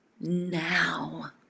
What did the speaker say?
now